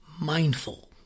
Mindful